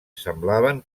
semblaven